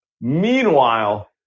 Meanwhile